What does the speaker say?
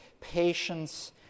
patience